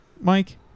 Mike